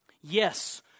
yes